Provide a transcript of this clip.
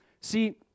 See